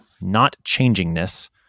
not-changingness